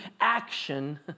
action